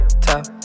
top